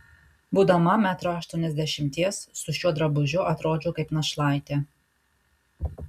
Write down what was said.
būdama metro aštuoniasdešimties su šiuo drabužiu atrodžiau kaip našlaitė